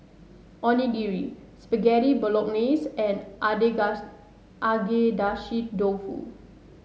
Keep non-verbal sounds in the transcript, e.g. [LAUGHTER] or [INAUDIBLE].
Onigiri Spaghetti Bolognese and [UNINTELLIGIBLE] Agedashi Dofu